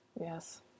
Yes